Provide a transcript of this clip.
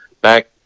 back